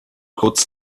kurz